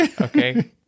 Okay